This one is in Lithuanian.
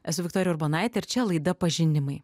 esu viktorija urbonaitė ir čia laida pažinimai